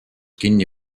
kinni